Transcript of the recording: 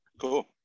Cool